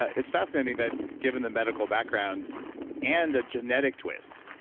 it's fascinating that given the medical background and a genetic twist,